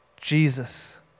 Jesus